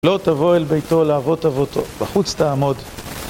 לא תבוא אל ביתו לאבות אבותו, בחוץ תעמוד.